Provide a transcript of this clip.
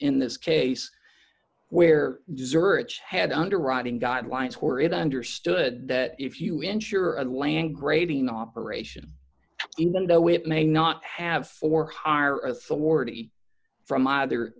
in this case where desserts had underwriting guidelines or it understood that if you insure and land grading operation in one go it may not have for higher authority from either